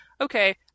Okay